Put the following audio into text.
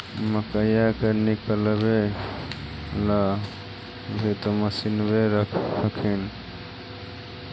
मकईया के निकलबे ला भी तो मसिनबे रख हखिन?